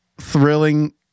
Thrilling